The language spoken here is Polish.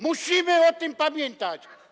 Musimy o tym pamiętać.